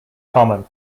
common